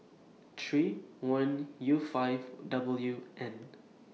three one U five W N